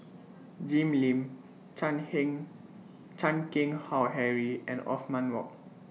Jim Lim Chan Chan Keng Howe Harry and Othman Wok